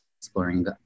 exploring